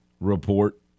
report